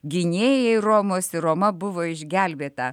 gynėjai romos ir roma buvo išgelbėta